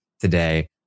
today